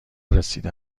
رسیده